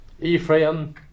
Ephraim